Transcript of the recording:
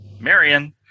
Marion